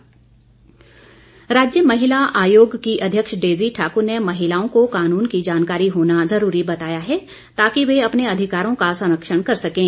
महिला आयोग राज्य महिला आयोग की अध्यक्ष डेज़ी ठाकुर ने महिलाओं को काूनन की जानकारी होना ज़रूरी बताया है ताकि वे अपने अधिकारों का संरक्षण कर सकें